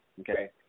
Okay